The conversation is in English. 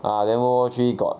ah then world war three got